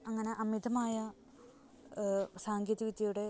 അങ്ങനെ അമിതമായ സാങ്കേതിക വിദ്യയുടെ